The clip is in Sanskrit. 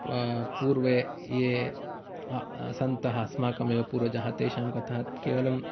पूर्वे ये सन्तः अस्माकमेव पूर्वजाः तेषां कथा केवलं